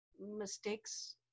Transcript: mistakes